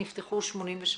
נפתחו 88 תיקים.